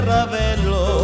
Ravello